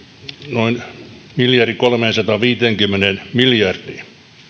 noin miljardiin kolmeensataanviiteenkymmeneen miljoonaan